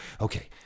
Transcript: Okay